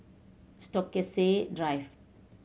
Stokesay Drive